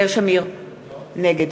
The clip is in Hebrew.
נגד